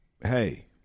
Hey